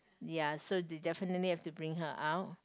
ya so they definitely have to bring her out